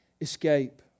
escape